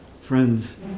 friends